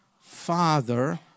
Father